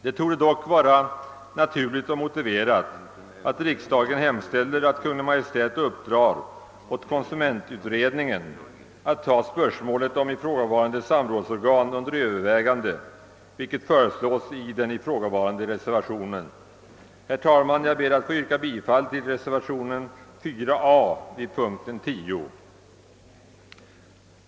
Det torde dock vara naturligt och motiverat att riksdagen hemställer att Kungl. Maj:t uppdrar åt konsumentutredningen att ta spörsmålet om ifrågavarande samrådsorgan under övervägande, vilket föreslås i den nämnda reservationen.